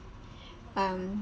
um